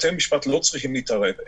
בתי משפט לא צריכים להתערב,